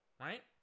right